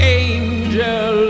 angel